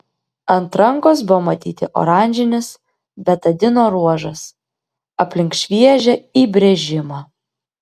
ant rankos buvo matyti oranžinis betadino ruožas aplink šviežią įbrėžimą